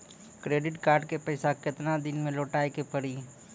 Credit card के पैसा केतना दिन मे लौटाए के पड़ी?